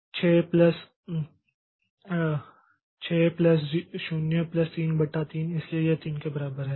इसलिए 6 plus 0 plus 3 बटा 3 इसलिए यह 3 के बराबर है